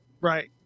Right